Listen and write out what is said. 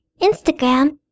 Instagram